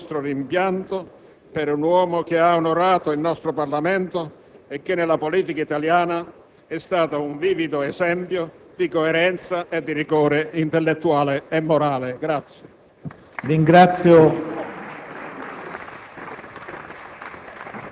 Esprimo il nostro rimpianto per un uomo che ha onorato il nostro Parlamento e che nella politica italiana è stato un vivido esempio di coerenza e di rigore intellettuale e morale.